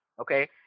okay